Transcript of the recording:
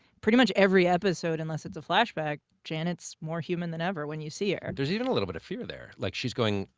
pretty much every episode, unless it's a flashback, janet's more human than ever when you see her. there's even a little bit of fear there. like, she's going,